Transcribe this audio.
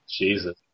Jesus